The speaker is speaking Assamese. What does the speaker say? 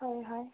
হয় হয়